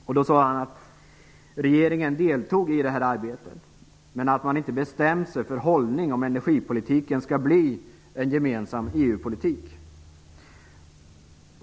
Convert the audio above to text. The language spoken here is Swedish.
Då sade energiministern att regeringen deltog i arbetet men att man inte bestämt sig för någon hållning, om energipolitiken skall bli en gemensam EU-politik.